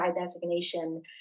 designation